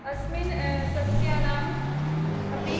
अस्मिन् सस्यानाम् अपि